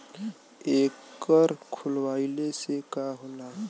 एकर खोलवाइले से का होला?